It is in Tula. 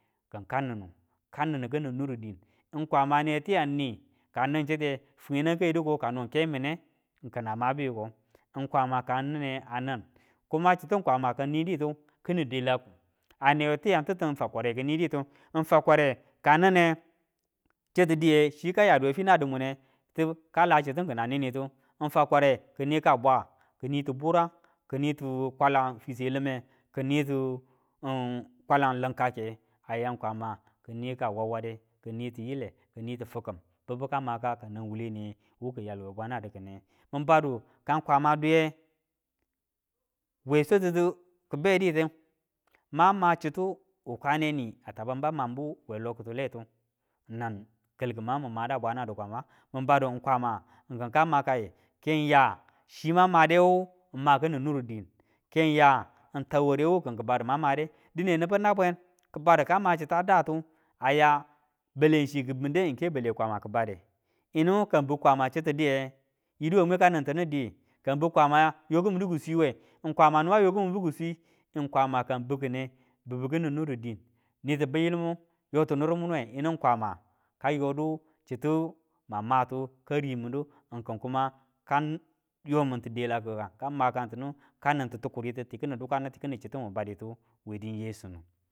Kin ka ninnu, ka ninnu kini nuri din ng kwama newe tiyang ni ka nin chite finenang kayi du ko kano ke mine, kina mabi yuko, ng kwama ka nin chite a nin kuma chitu kwama ki niditu kini delaku, a newe tiyang titu fwakware ki niditu, ng fakware ka nine chitu diye, chi ka yadu we fina da munetu kala chitu kina nini tu, ng fakware ki ni ka bwa ki nitu burang, ki nitu kwalan fiswe lime ki nitu kwalan lin kake. A ya kwama kini ka wawade, ki nitu yile kinitu fikim bibu ka maka kanang wuwule niye wu kiyal we bwana di kine. Min badu ka kwma duiye we swatitu kibeditu mang ma chitu wukane ni a tabanba manbuwe lokitule tu, nang kalki mangu min mada bwana di kwama, min badu kwama kinka makayu kenya chi mang madewu ng ma kini nuru din kenya ng tan warewu kin ki ki badu mang made, dine nibu nabwen kibadu kama chita datu aya bale chi ki binde ng ke bake kwama ki badem yinu ka biu kwama chitu diye, yidi we mwi ka nin tidu diwu, ka biu kwama yo kamindi ki swiwe, ng kwama niba yio kiminbu kiswi, ng kwama niba yo kiminbu kiswi, ng kwama kang bi kine bibi kini nuri din nitu biyi limu yotu nur munuwe, yinu kwama ka yodu chitu mang matu ka rimindu, ng kin ka yomintu delaki kang ka makantinu, ka nintu tukuritu tikini dukanu ti kini chitu mun baditu we di yesunu.